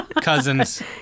Cousins